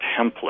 template